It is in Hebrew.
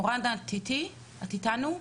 עד שמורן תצטרף אלינו לזום,